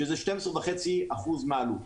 שזה 12.5% מהעלות.